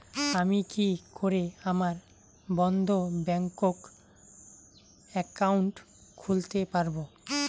আমি কি করে আমার বন্ধ ব্যাংক একাউন্ট খুলতে পারবো?